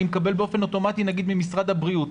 אני מקבל באופן אוטומטי נגיד ממשרד הבריאות.